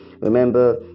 Remember